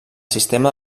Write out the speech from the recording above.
sistema